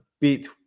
beat